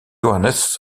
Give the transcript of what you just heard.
johannes